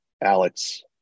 Alex